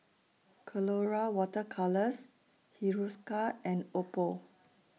Colora Water Colours Hiruscar and Oppo